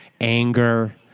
Anger